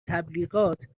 تبلیغات